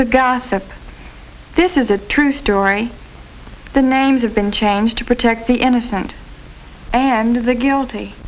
the gossip this is a true story the names have been changed to protect the innocent and the guilty